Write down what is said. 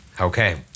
Okay